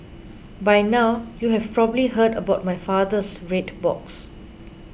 by now you have probably heard about my father's red box